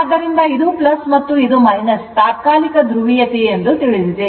ಆದ್ದರಿಂದ ಇದು ಮತ್ತು ಇದು ತಾತ್ಕಾಲಿಕ ಧ್ರುವೀಯತೆ ಎಂದು ತಿಳಿದಿದೆ